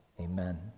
amen